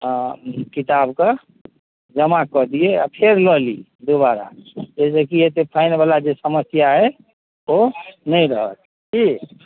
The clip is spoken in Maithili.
हँ किताबक जमा कऽ दियै आ फेर लऽ ली दोबारा ताहि से की हेतै फाइन बला जे समस्या ओ नहि होयत की